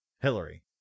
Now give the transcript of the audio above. Hillary